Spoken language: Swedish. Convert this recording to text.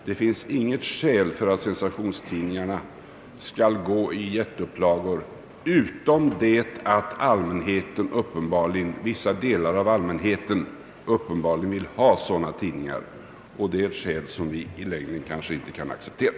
Det finns inte något skäl för att sensationstidningarna skall gå ut i jätteupplagor, atom det att vissa delar av allmänheten uppenbarligen vill ha sådana tidningar, vilket är ett skäl som vi i längden inte stillatigande kan acceptera.